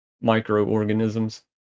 microorganisms